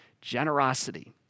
Generosity